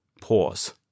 pause